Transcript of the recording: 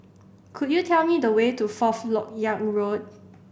could you tell me the way to Fourth Lok Yang Road